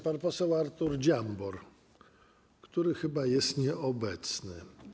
Pan poseł Artur Dziambor chyba jest nieobecny.